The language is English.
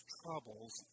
troubles